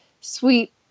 sweet